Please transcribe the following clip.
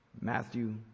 Matthew